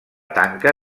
tanca